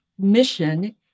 mission